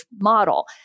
model